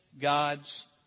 God's